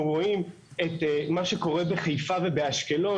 אנחנו רואים את מה שקורה בחיפה ואשקלון,